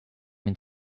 mean